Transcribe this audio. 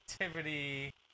Activity